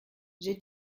j’ai